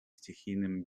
стихийным